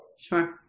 Sure